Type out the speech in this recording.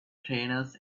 trainers